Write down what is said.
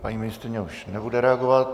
Paní ministryně už nebude reagovat.